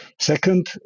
Second